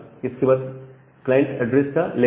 इसके बाद client address का लेंथ है